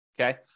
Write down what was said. okay